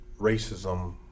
racism